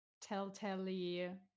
Telltale